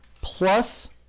plus